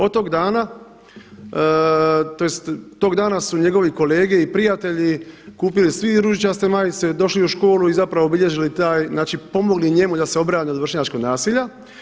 Od tog dana, tj. tog dana su njegovi kolege i prijatelji kupili svi ružičaste majice, došli u školu i zapravo obilježili taj, znači pomogli njemu da se obrane od vršnjačkog nasilja.